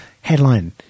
Headline